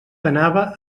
anava